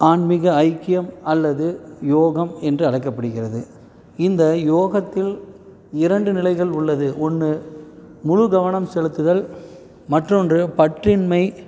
ஆன்மீக ஐக்கியம் அல்லது யோகம் என்று அழைக்கப்படுகிறது இந்த யோகத்தில் இரண்டு நிலைகள் உள்ளது ஒன்று முழு கவனம் செலுத்துதல் மற்றொன்று பற்றின்மை